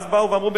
ואז באו ואמרו,